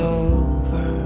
over